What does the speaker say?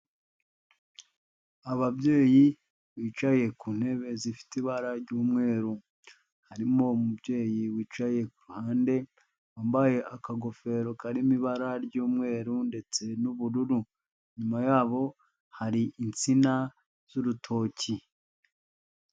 Ababyeyi bicaye ku ntebe zifite ibara ry'umweru. Harimo umubyeyi wicaye ku ruhande wambaye akagofero karimo ibara ry'umweru ndetse n'ubururu, inyuma yabo hari insina z'urutoki.